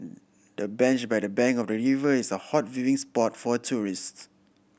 the bench by the bank of the river is a hot viewing spot for tourists